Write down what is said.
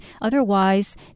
Otherwise